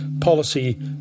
policy